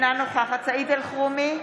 אינה נוכחת סעיד אלחרומי,